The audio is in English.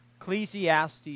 Ecclesiastes